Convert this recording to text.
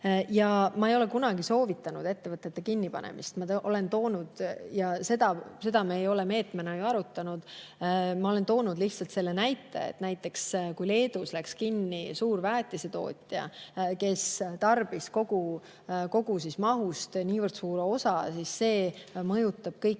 Ma ei ole kunagi soovitanud ettevõtete kinnipanemist ja seda me ei ole meetmena ju arutanud. Ma olen toonud lihtsalt selle näite, et kui Leedus läks kinni suur väetisetootja, kes tarbis kogu mahust niivõrd suure osa, siis see mõjutas kõiki